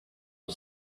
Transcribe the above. for